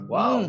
Wow